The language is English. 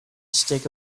stick